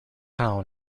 town